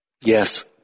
yes